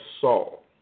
Saul